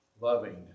loving